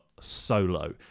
solo